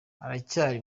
aracyari